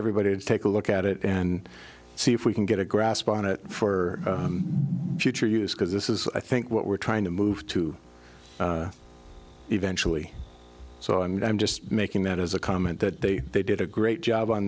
everybody to take a look at it and see if we can get a grasp on it for future use because this is i think what we're trying to move to eventually so and i'm just making that as a comment that they they did a great job on